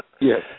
Yes